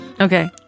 Okay